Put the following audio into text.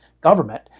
government